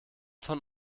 von